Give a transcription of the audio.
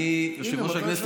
יושב-ראש הכנסת,